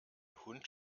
hund